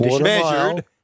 measured